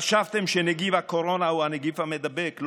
חשבתם שנגיף הקורונה הוא הנגיף המידבק?